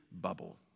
bubble